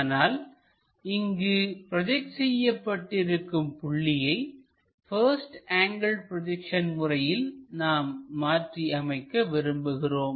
ஆனால் இங்கு ப்ரோஜெக்ட் செய்யப்பட்டிருக்கும் புள்ளியை பஸ்ட் ஆங்கிள் ப்ரொஜெக்ஷன் முறையில் நாம் மாற்றியமைக்க விரும்புகிறோம்